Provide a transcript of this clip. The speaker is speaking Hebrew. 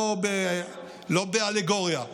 לא באלגוריה,